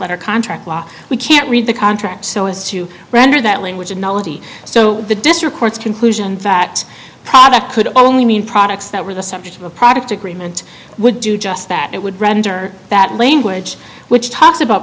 letter contract law we can't read the contract so as to render that language of knowledge so the district courts conclusion fact product could only mean products that were the subject of a product agreement would do just that it would render that language which talks about